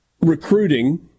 Recruiting